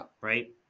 Right